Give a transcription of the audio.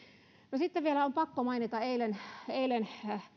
sitten vielä on pakko mainita eilen